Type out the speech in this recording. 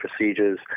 procedures